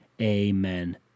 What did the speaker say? Amen